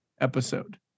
episode